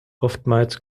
oftmals